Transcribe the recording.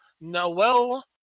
Noel